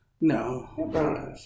No